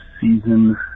season